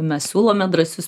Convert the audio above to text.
mes siūlome drąsius